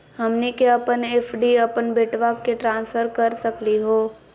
हमनी के अपन एफ.डी अपन बेटवा क ट्रांसफर कर सकली हो?